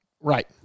Right